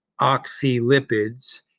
oxylipids